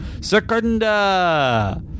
Secunda